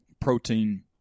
protein –